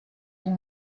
all